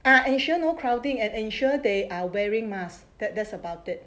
ah ensure no crowding and ensure they are wearing mask that that's about it